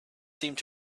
seemed